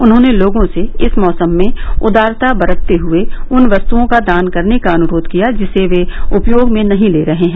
उन्होंने लोगों से इस मौसम में उदारता बरतते हुए उन वस्तओं का दान करने का अनुरोध कियाँ जिसे वे उपयोग में नहीं ले रहे हैं